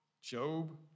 Job